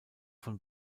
von